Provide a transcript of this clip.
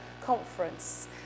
conference